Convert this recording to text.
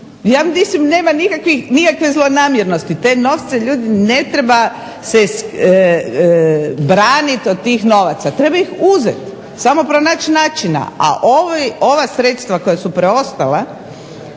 mislim nema nikakve zlonamjernosti. Te novci ljudi ne treba se braniti od tih novaca, treba ih uzeti, samo pronaći načina. A ova sredstava koja su preostala